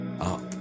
up